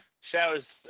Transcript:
Showers